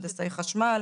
הנדסאי חשמל.